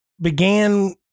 began